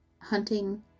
hunting